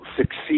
succeed